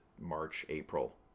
March-April